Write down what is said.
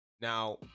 Now